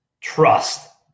trust